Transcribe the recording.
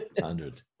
hundred